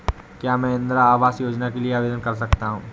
क्या मैं इंदिरा आवास योजना के लिए आवेदन कर सकता हूँ?